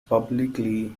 publicly